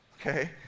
okay